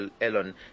Elon